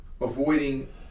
avoiding